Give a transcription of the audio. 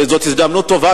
זאת הזדמנות טובה,